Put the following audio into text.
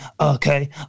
okay